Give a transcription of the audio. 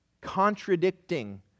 contradicting